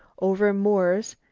over moors,